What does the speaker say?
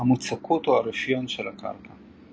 המוצקות או הרפיון של הקרקע.